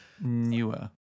newer